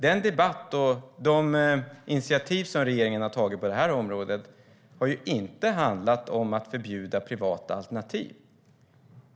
Debatten och de initiativ som regeringen har tagit på det här området har inte handlat om att förbjuda privata alternativ.